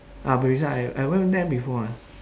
ah baliza I I went there before ah